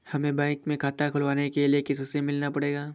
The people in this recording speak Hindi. हमे बैंक में खाता खोलने के लिए किससे मिलना पड़ेगा?